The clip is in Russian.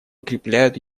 укрепляют